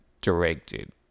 directed